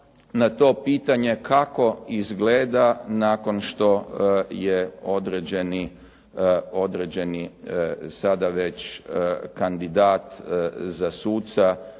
na to pitanje kako izgleda nakon što je određeni sada već kandidat za suca